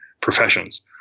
professions